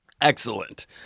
excellent